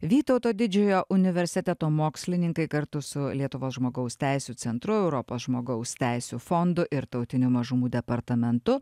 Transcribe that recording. vytauto didžiojo universiteto mokslininkai kartu su lietuvos žmogaus teisių centru europos žmogaus teisių fondu ir tautinių mažumų departamentu